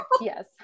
Yes